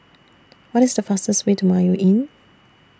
What IS The fastest Way to Mayo Inn